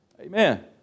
Amen